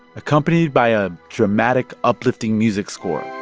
accompanied by a dramatic, uplifting music score.